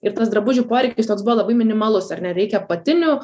ir tas drabužių poreikis toks buvo labai minimalus ar ne reikia apatinių